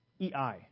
ei